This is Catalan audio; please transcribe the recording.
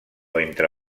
entre